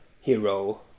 hero